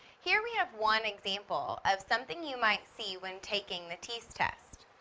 here we have one example of something you might see when taking the teas test.